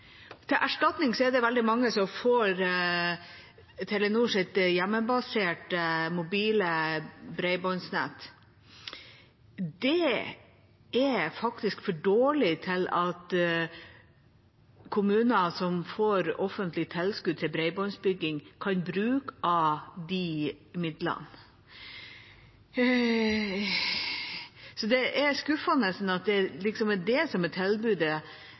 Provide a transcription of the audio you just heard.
Til erstatning er det veldig mange som får Telenors hjemmebaserte mobile bredbåndsnett. Det er faktisk for dårlig til at kommuner som får offentlig tilskudd til bredbåndsbygging, kan bruke av de midlene. Det er skuffende at det liksom er det som er tilbudet